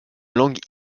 langue